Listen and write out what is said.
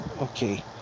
Okay